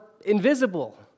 invisible